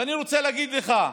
ואני רוצה להגיד לך,